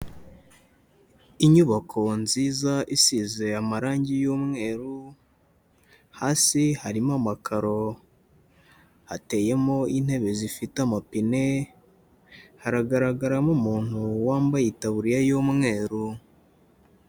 Inyubako nziza, isize amarangi y'umweru, hasi harimo amakaro. Hateyemo intebe zifite amapine, haragaragaramo umuntu, wambaye itaburiya y'umweru.